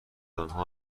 آنها